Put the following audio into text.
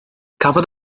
cafodd